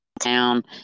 town